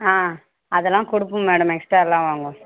ஆ அதெல்லாம் கொடுப்போம் மேடம் எக்ஸ்ட்ராலாம் வாங்குவோம்